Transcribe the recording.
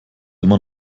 immer